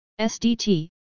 SDT